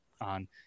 on